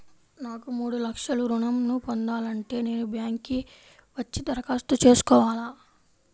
నాకు మూడు లక్షలు ఋణం ను పొందాలంటే నేను బ్యాంక్కి వచ్చి దరఖాస్తు చేసుకోవాలా?